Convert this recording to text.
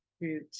root